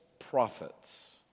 prophets